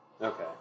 Okay